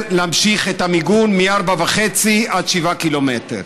להמשיך את המיגון מ-4.5 עד 7 קילומטרים.